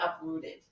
uprooted